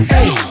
Hey